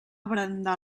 brandar